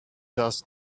does